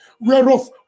whereof